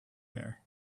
bear